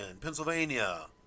Pennsylvania